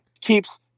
keeps